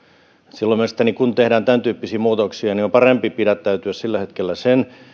mielestäni silloin kun tehdään tämäntyyppisiä muutoksia on parempi pidättäytyä sillä hetkellä